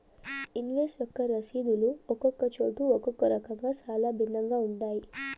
invoice యొక్క రసీదులు ఒక్కొక్క చోట ఒక్కో రకంగా చాలా భిన్నంగా ఉంటాయి